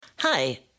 Hi